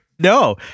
no